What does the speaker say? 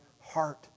heart